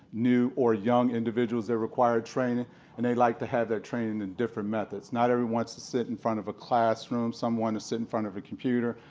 new or young individuals who require training and they like to have that training in different methods. not everyone wants to sit in front of a classroom, some want to sit in front of a computer,